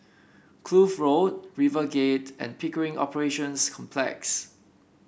Kloof Road RiverGate and Pickering Operations Complex